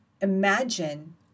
imagine